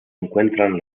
encuentran